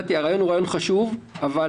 הרעיון חשוב אבל